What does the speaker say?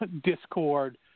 discord